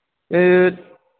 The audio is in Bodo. एत